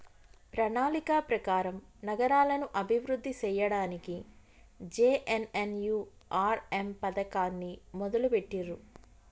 ప్రణాళిక ప్రకారం నగరాలను అభివృద్ధి సేయ్యడానికి జే.ఎన్.ఎన్.యు.ఆర్.ఎమ్ పథకాన్ని మొదలుబెట్టిర్రు